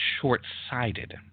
short-sighted